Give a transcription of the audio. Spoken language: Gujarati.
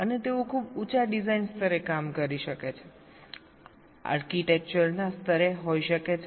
અને તેઓ ખૂબ ઊંચા ડિઝાઇન સ્તરે કામ કરી શકે છે આર્કિટેક્ચરના સ્તરે હોઈ શકે છે